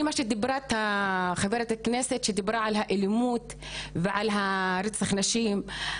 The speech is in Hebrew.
מה שדיברה חברת הכנסת שדיברה על האלימות ועל הרצח של נשים,